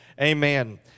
Amen